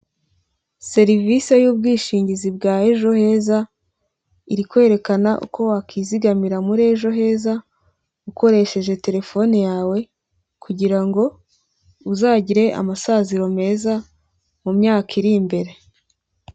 Serivisi y'ubwishingizi bwa ejo heza, iri kwerekana uko wakwizigamira muri ejo heza, ukoresheje terefone yawe kugira ngo uzagire amasaziro meza mu myaka iri imbere.